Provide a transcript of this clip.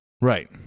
Right